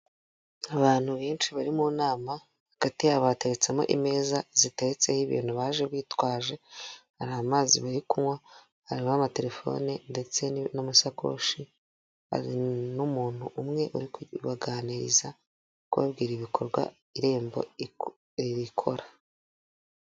Abantu benshi bari mu nama hagati yabo hateretsemo imeza zitetseho ibintu baje bitwaje, hari amazi bari kunywa, harimo amatelefone ndetse n'amasakoshi, hari n'umuntu umwe uri kubaganiriza, kubabwira ibikorwa irembo ikora.